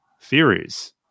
Theories